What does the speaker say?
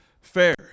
fair